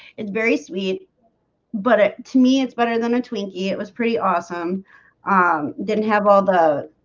it's very sweet but it to me, it's better than a twinkie. it was pretty awesome didn't have all the